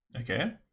Okay